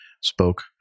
spoke